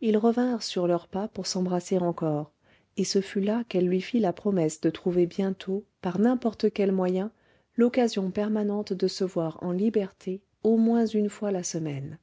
ils revinrent sur leurs pas pour s'embrasser encore et ce fut là qu'elle lui fit la promesse de trouver bientôt par n'importe quel moyen l'occasion permanente de se voir en liberté au moins une fois la semaine